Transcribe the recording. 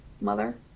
mother